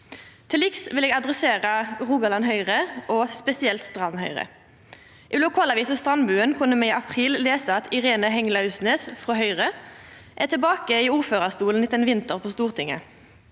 Til liks vil eg ta for meg Rogaland Høgre, og spesielt Strand Høgre. I lokalavisa Strandbuen kunne me i april lesa at Irene Heng Lauvsnes frå Høgre er tilbake i ordførarstolen etter ein vinter på Stortinget,